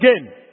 again